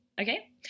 okay